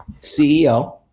CEO